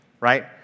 right